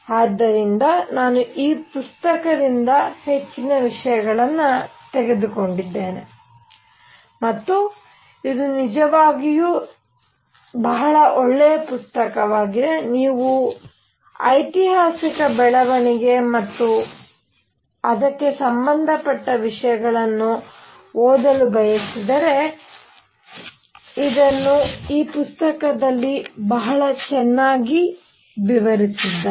ಆದ್ದರಿಂದ ನಾನು ಈ ಪುಸ್ತಕದಿಂದ ಹೆಚ್ಚಿನ ವಿಷಯಗಳನ್ನು ತೆಗೆದುಕೊಂಡಿದ್ದೇನೆ ಮತ್ತು ಇದು ನಿಜವಾಗಿಯೂ ಬಹಳ ಒಳ್ಳೆಯ ಪುಸ್ತಕವಾಗಿದೆ ನೀವು ಐತಿಹಾಸಿಕ ಬೆಳವಣಿಗೆ ಮತ್ತು ಅಂತಹ ವಿಷಯಗಳನ್ನು ಓದಲು ಬಯಸಿದರೆ ಇದನ್ನು ಈ ಪುಸ್ತಕದಲ್ಲಿ ಬಹಳ ಚೆನ್ನಾಗಿ ನೀಡಲಾಗಿದೆ